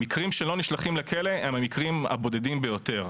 המקרים שלא נשלחים לכלא הם המקרים הבודדים ביותר.